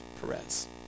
Perez